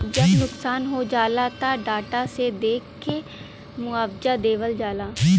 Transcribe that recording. जब नुकसान हो जाला त डाटा से देख के मुआवजा देवल जाला